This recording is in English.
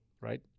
right